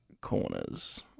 corners